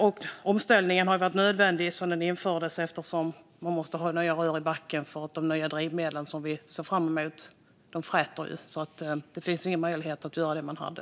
Den omställning som infördes har varit nödvändig eftersom det måste till nya rör i backen för de nya drivmedel som vi ser fram emot. De fräter, så det finns ingen möjlighet att ha det som man hade.